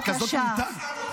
את כזאת מוטה.